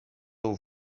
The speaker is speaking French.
aux